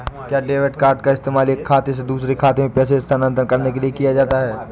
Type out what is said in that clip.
क्या debit card का इस्तेमाल एक खाते से दूसरे खाते में पैसे स्थानांतरण करने के लिए किया जा सकता है?